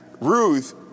Ruth